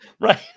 Right